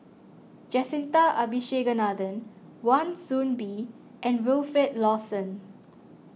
Jacintha Abisheganaden Wan Soon Bee and Wilfed Lawson